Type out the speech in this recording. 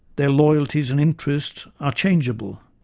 their loyalties and interests are changeable.